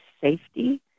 safety